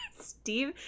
Steve